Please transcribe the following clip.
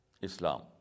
Islam